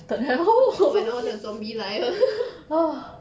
when all the zombies 来 uh